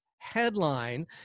headline